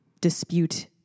dispute